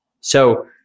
So-